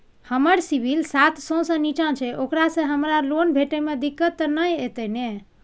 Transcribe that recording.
हमर सिबिल सात सौ से निचा छै ओकरा से हमरा लोन भेटय में दिक्कत त नय अयतै ने?